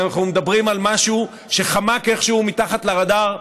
אנחנו מדברים על משהו שחמק איכשהו מתחת לרדאר,